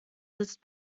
sitzt